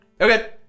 Okay